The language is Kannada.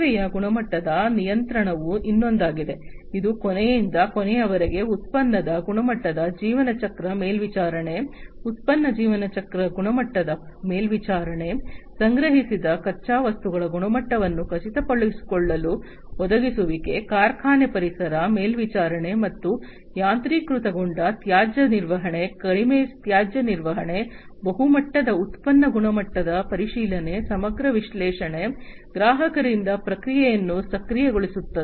ಸೇವೆಯ ಗುಣಮಟ್ಟದ ನಿಯಂತ್ರಣವು ಇನ್ನೊಂದಾಗಿದೆ ಇದು ಕೊನೆಯಿಂದ ಕೊನೆಯವರೆಗೆ ಉತ್ಪನ್ನದ ಗುಣಮಟ್ಟದ ಜೀವನ ಚಕ್ರ ಮೇಲ್ವಿಚಾರಣೆ ಉತ್ಪನ್ನ ಜೀವನ ಚಕ್ರ ಗುಣಮಟ್ಟದ ಮೇಲ್ವಿಚಾರಣೆ ಸಂಗ್ರಹಿಸಿದ ಕಚ್ಚಾ ವಸ್ತುಗಳ ಗುಣಮಟ್ಟವನ್ನು ಖಚಿತಪಡಿಸಿಕೊಳ್ಳಲು ಒದಗಿಸುವಿಕೆ ಕಾರ್ಖಾನೆ ಪರಿಸರ ಮೇಲ್ವಿಚಾರಣೆ ಮತ್ತು ಯಾಂತ್ರೀಕೃತಗೊಂಡ ತ್ಯಾಜ್ಯ ನಿರ್ವಹಣೆ ಕಡಿಮೆ ತ್ಯಾಜ್ಯ ನಿರ್ವಹಣೆ ಬಹು ಮಟ್ಟದ ಉತ್ಪನ್ನ ಗುಣಮಟ್ಟದ ಪರಿಶೀಲನೆ ಸಮಗ್ರ ವಿಶ್ಲೇಷಣೆ ಗ್ರಾಹಕರಿಂದ ಪ್ರತಿಕ್ರಿಯೆಯನ್ನು ಸಕ್ರಿಯಗೊಳಿಸುತ್ತದೆ